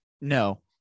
No